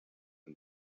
and